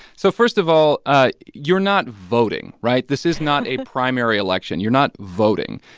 so first of all, ah you're not voting, right? this is not a primary election. you're not voting.